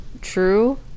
true